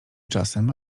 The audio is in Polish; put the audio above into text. czasem